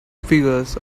figures